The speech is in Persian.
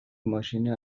ماشین